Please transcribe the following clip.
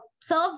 serve